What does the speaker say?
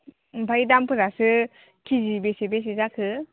ओमफ्राय दामफोरासो केजि बेसे बेसे जाखो